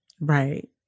Right